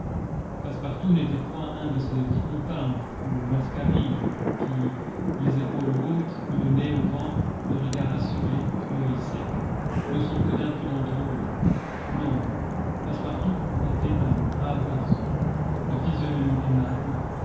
passepartout n'était point un de ces frontins ou mascarilles qui les épaules hautes le nez au vent le regard assuré l'oeil sec ne sont que d'impudents drôles non passepartout était un brave garçon de physionomie aimable